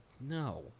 no